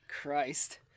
Christ